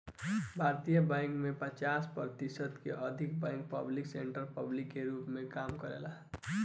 भारतीय बैंक में पचास प्रतिशत से अधिक बैंक पब्लिक सेक्टर बैंक के रूप में काम करेलेन